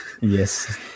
Yes